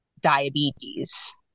diabetes